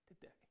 today